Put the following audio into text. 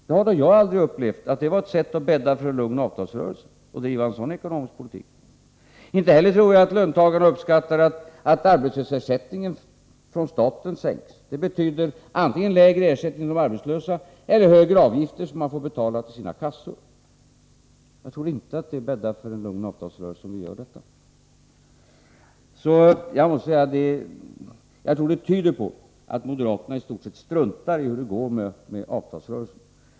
Jag har då aldrig upplevt att man genom att driva en sådan ekonomisk politik skulle kunna bädda för en lugn avtalsrörelse. Inte heller tror jag att löntagarna uppskattar att arbetslöshetsersättningen från staten sänks. Det betyder antingen lägre ersättning åt de arbetslösa eller högre avgifter, som man får betala till sina kassor. Jag tror inte att det bäddar för en lugn avtalsrörelse, om ni gör detta. Förslagen tyder på att moderaterna i stort sett struntar i hur det går med avtalsrörelsen.